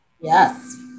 Yes